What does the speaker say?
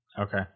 Okay